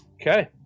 Okay